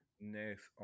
Next